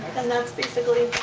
and that's basically.